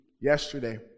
yesterday